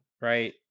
right